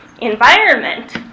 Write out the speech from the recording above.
environment